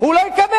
הוא לא יקבל?